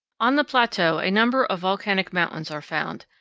on the plateau a number of volcanic mountains are found,